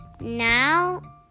Now